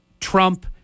Trump